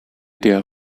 der